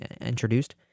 introduced